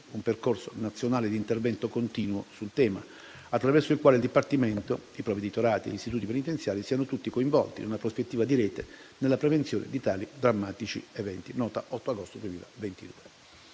un percorso nazionale di "intervento continuo" sul tema, attraverso il quale il dipartimento, i provveditorati e gli istituti penitenziari, siano tutti coinvolti, in una prospettiva di rete, nella prevenzione di tali drammatici eventi (nota dell'8 agosto 2022).